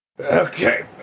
Okay